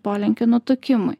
polinkį nutukimui